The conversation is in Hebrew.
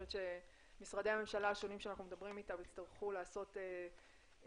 חושבת שמשרדי הממשלה השונים שאנחנו מדברים איתם יצטרכו לעשות בדק